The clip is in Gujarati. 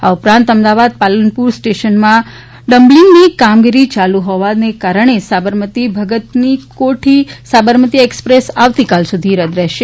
આ ઉપરાંત અમદાવાદ પાલનપુર સ્ટેશનમાં ડબ્લિંગની કામગીરી ચાલુ જોવાથી કારણે સાબરમતી ભગતની કોઠી સાબરમતી એક્સપ્રેસ આવતીકાલ સુધી રદ રફેશે